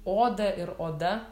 oda ir oda